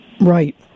Right